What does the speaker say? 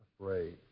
afraid